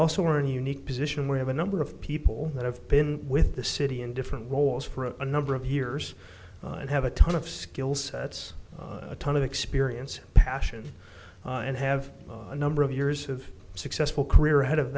also learn unique position we have a number of people that have been with the city in different roles for a number of years and have a ton of skill sets a ton of experience passion and have a number of years of successful career ahead of